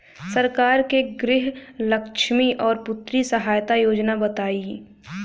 सरकार के गृहलक्ष्मी और पुत्री यहायता योजना बताईं?